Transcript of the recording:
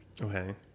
okay